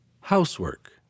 Housework